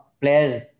players